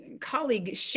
colleague